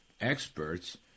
experts